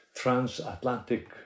transatlantic